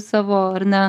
savo ar ne